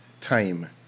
time